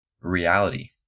reality